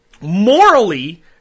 morally